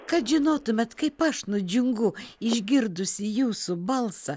kad žinotumėt kaip aš nudžiungu išgirdusi jūsų balsą